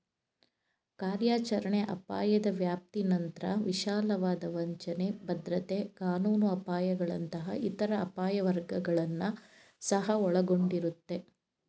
ಕಾರ್ಯಾಚರಣೆ ಅಪಾಯದ ವ್ಯಾಪ್ತಿನಂತ್ರ ವಿಶಾಲವಾದ ವಂಚನೆ, ಭದ್ರತೆ ಕಾನೂನು ಅಪಾಯಗಳಂತಹ ಇತರ ಅಪಾಯ ವರ್ಗಗಳನ್ನ ಸಹ ಒಳಗೊಂಡಿರುತ್ತೆ